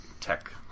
tech